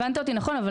הבנת אותי נכון.